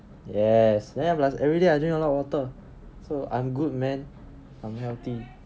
yes then plus everyday I drink a lot of water so I'm good man I'm healthy